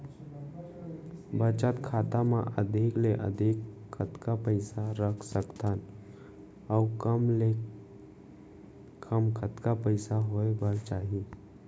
बचत खाता मा अधिक ले अधिक कतका पइसा रख सकथन अऊ कम ले कम कतका पइसा होय बर चाही?